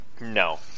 no